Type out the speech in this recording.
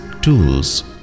tools